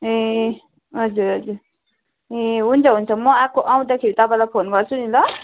ए हजुर हजुर ए हुन्छ हुन्छ म आएको आउँदाखेरि म तपाईँलाई फोन गर्छु नि ल